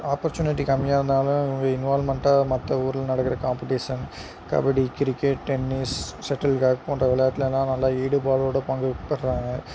opportunity கம்மியாருந்தாலும் இவங்க இன்வால்மெண்ட்டாக மற்ற ஊர்ல நடக்கிற competition kabaddi cricket tennis shuttle cork போன்ற விளையாட்டிலலாம் நல்லா ஈடுபாடோட பங்கு பெறுறாங்கள்